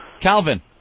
Calvin